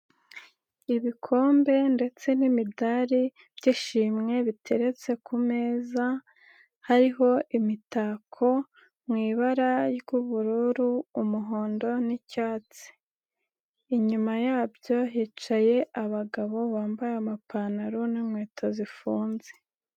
Ibikombe ndetse n'imidari by'ishimwe biteretse ku meza, hariho imitako mu ibara ry'ubururu, umuhondo n'icyatsi. Inyuma yabyo hicaye abagabo bambaye amapantaro n'inkweto zifunze.